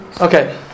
Okay